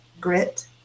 grit